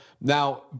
now